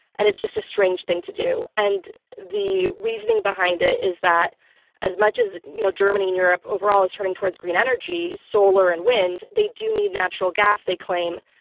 and just a strange thing to do, and the reasoning behind it is that as much as you know germany and europe overall is turning towards green energy, solar and wind, they do need natural gas, they claim,